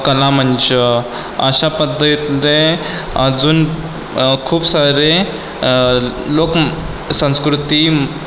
कलामंच अशा पद्धतीतले अजून खूप सारे लोक संस्कृती